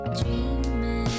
dreaming